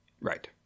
Right